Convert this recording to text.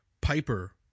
Piper